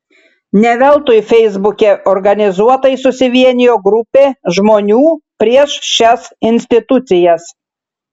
ne veltui feisbuke organizuotai susivienijo grupė žmonių prieš šias institucijas